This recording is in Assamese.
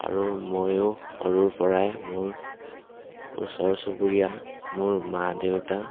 আৰু ময়ো সৰুৰ পৰাই মোৰ ওচৰ চুবুৰীয়া মোৰ মা দেউতা